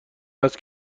است